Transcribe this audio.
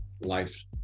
life